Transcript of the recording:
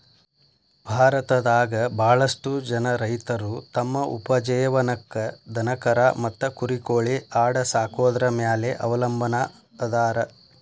ಭಾರತದಾಗ ಬಾಳಷ್ಟು ಜನ ರೈತರು ತಮ್ಮ ಉಪಜೇವನಕ್ಕ ದನಕರಾ ಮತ್ತ ಕುರಿ ಕೋಳಿ ಆಡ ಸಾಕೊದ್ರ ಮ್ಯಾಲೆ ಅವಲಂಬನಾ ಅದಾರ